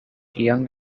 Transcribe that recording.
young